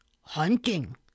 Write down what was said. Hunting